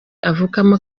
avukamo